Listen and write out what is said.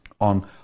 on